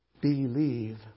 Believe